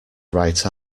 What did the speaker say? write